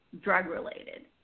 drug-related